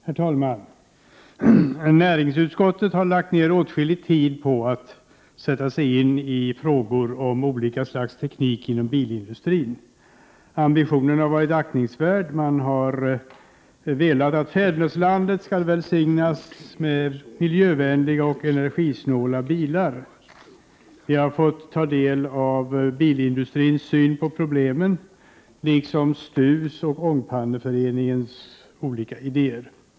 Herr talman! Näringsutskottet har lagt ned åtskillig tid på att sätta sig in i frågor om olika slags teknik inom bilindustrin. Ambitionen har varit aktningsvärd. Man har velat att fäderneslandet skall välsignas med miljövänliga och energisnåla bilar. Vi har fått ta del av bilindustrins syn på problemen liksom av STU:s och Ångpanneföreningens olika idéer.